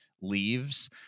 leaves